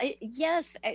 yes